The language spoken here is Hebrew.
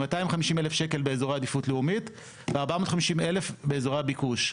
250,000 באזורי עדיפות לאומית ו-450,000 באזורי הביקוש.